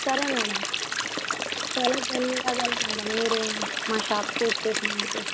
సరే మేడం చాలా ధన్యవాదాలు మేడం మీరు మా షాప్కి వచ్చినందుకు